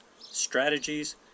strategies